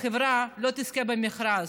החברה לא תזכה במכרז,